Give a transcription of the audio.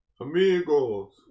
Amigos